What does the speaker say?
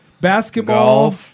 basketball